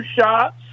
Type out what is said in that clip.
shots